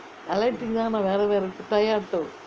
electric தான் ஆனா வேற வேற:thaan aana vera vera Toyato